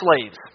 slaves